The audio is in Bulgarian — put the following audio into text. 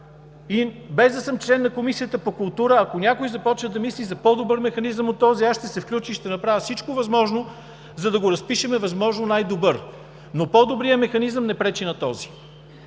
и без да съм член на Комисията по културата, ако някой започне да мисли за по-добър механизъм от този, аз ще се включа и ще направя всичко възможно, за да го разпишем възможно най-добър. Но по-добрият механизъм не пречи на този!